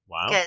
Wow